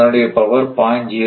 அதனுடைய பவர் 0